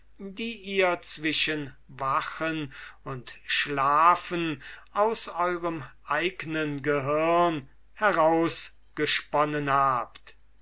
die ihr zwischen wachen und schlaf aus eurem eignen gehirne herausgesponnen habt